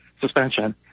suspension